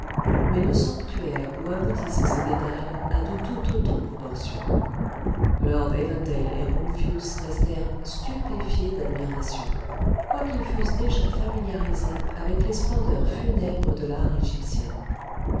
mais le sanctuaire où aboutissent ces dédales a de tout autres proportions lord evandale et rumphius restèrent stupéfiés d'admiration quoiqu'ils fussent déjà familiarisés avec les splendeurs funèbres de l'art égyptien